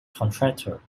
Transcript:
contractor